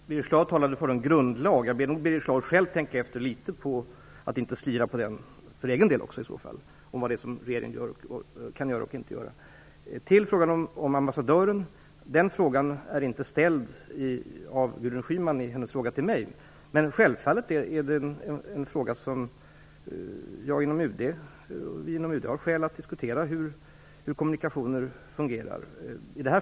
Herr talman! Birger Schlaug talade för en grundlag. Jag får nog be Birger Schlaug att själv tänka efter litet och inte för egen del också slira när det gäller vad regeringen kan göra och inte. Till frågan om ambassadören: Den frågan är inte ställd av Gudrun Schyman i hennes fråga till mig, men självfallet har jag skäl att inom UD diskutera hur kommunikationerna fungerar.